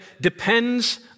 depends